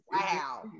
Wow